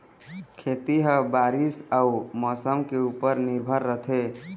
खेती ह बारीस अऊ मौसम के ऊपर निर्भर रथे